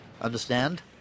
Understand